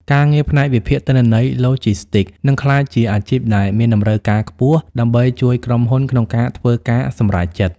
ការងារផ្នែកវិភាគទិន្នន័យឡូជីស្ទីក នឹងក្លាយជាអាជីពដែលមានតម្រូវការខ្ពស់ដើម្បីជួយក្រុមហ៊ុនក្នុងការធ្វើការសម្រេចចិត្ត។